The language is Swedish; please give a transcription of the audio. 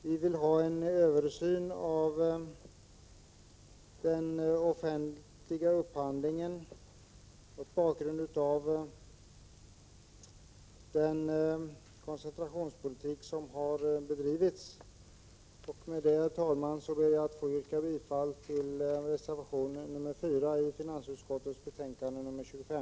Vi vill ha en översyn av den offentliga upphandlingen mot bakgrund av den koncentrationspolitik som har bedrivits. Med detta, herr talman, ber jag att få yrka bifall till reservation 4 i finansutskottets betänkande 25.